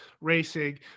racing